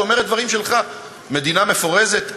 שאומרת דברים שלך: מדינה מפורזת,